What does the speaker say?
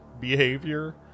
behavior